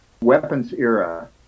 weapons-era